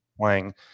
playing